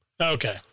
Okay